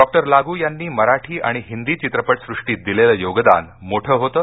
doctor Lagoo यांनी मराठी आणि हिंदी चित्रपटसुष्टीत दिलेलं योगदान मोठं होतं